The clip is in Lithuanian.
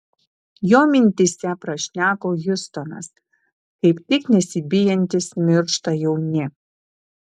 jo mintyse prašneko hiustonas kaip tik nesibijantys miršta jauni